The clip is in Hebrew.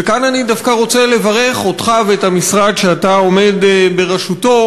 וכאן אני דווקא רוצה לברך אותך ואת המשרד שאתה עומד בראשותו